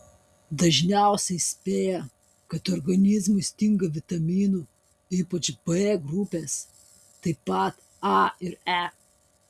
dažniausiai įspėja kad organizmui stinga vitaminų ypač b grupės taip pat a ir e